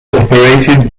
operated